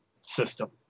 system